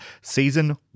Season